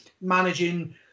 managing